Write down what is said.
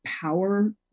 power